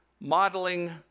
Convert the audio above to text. modeling